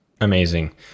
Amazing